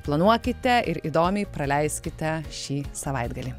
planuokite ir įdomiai praleiskite šį savaitgalį